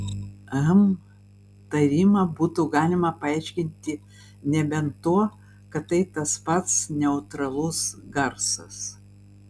hm tarimą būtų galima paaiškinti nebent tuo kad tai tas pats neutralus garsas